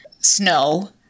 snow